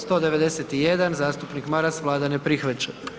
191. zastupnik Maras, Vlada ne prihvaća.